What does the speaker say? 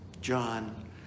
John